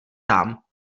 tam